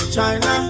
China